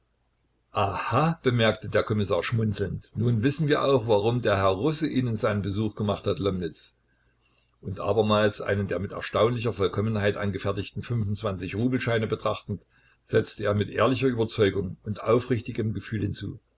aha bemerkte der kommissar schmunzelnd nun wissen wir auch warum der herr russe ihnen seinen besuch gemacht hat lomnitz und abermals einen der mit erstaunlicher vollkommenheit angefertigten rubel scheine betrachtend setzte er mit ehrlicher überzeugung und aufrichtigem gefühl hinzu